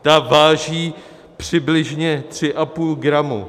Ta váží přibližně tři a půl gramu.